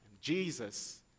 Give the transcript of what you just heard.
Jesus